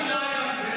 אני לא הגנתי?